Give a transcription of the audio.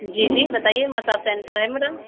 जी जी बताइए massage centre हैं मेरा